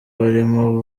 barimo